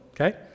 okay